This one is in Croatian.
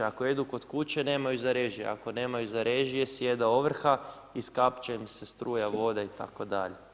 Ako jedu kod kuće, nemaju za režije, ako nemaju za režije, sjeda ovrha, iskapčaju im se struja, voda, itd.